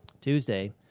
Tuesday